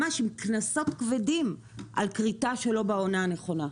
עם קנסות כבדים ממש על כריתה שלא בעונה הנכונה.